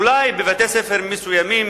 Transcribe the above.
אולי בבתי-ספר מסוימים